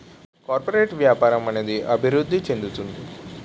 corporate వ్యాపారం అనేది అభివృద్ధి చెందుతుంది